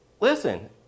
listen